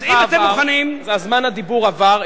אז אם אתם מוכנים, זמן הדיבור עבר.